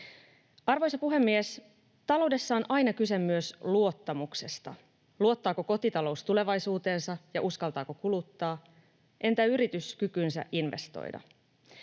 Arvoisa puhemies! Taloudessa on aina kyse myös luottamuksesta: luottaako kotitalous tulevaisuutensa ja uskaltaako kuluttaa, entä yritys kykyynsä investoida?